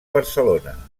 barcelona